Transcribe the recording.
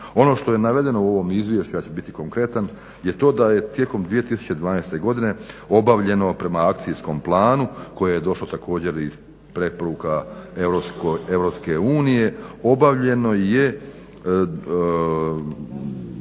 Ono što je navedeno u ovom izvješću, ja ću biti konkretan, je to da je tijekom 2012. godine obavljeno prema akcijskom planu koji je došao također iz preporuka Europske unije